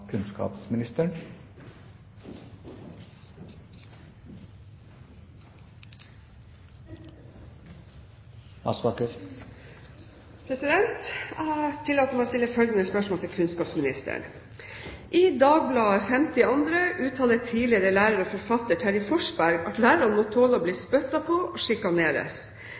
til kunnskapsministeren: «I Dagbladet 5. februar 2010 uttaler tidligere lærer og forfatter Terje Forsberg at lærere må tåle å bli spyttet på og